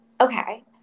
okay